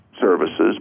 services